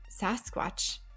Sasquatch